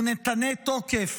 "ונתנה תוקף",